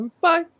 bye